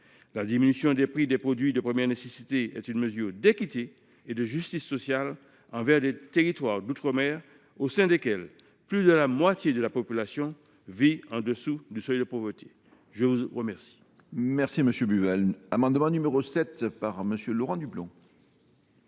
La diminution des prix des produits de première nécessité est une mesure d’équité et de justice sociale envers des territoires d’outre mer au sein desquels plus de la moitié de la population vit en dessous du seuil de pauvreté. L’amendement